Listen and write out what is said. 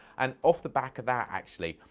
and off the back of that, actually,